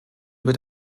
wird